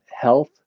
health